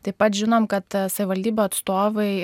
taip pat žinom kad savivaldybių atstovai